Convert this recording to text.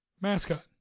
mascot